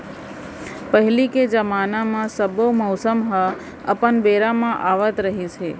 पहिली के जमाना म सब्बो मउसम ह अपन बेरा म आवत रिहिस हे